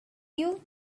you